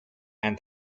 and